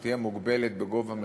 שתהיה מוגבלת בגובה המחיר,